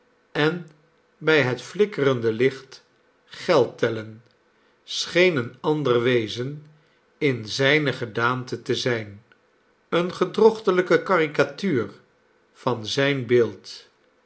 en bij het flikkerende licht geld tellen scheen een ander wezen in zijne gedaante te zijn eene gedrochtelijke caricatuur van zijn beeld